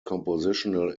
compositional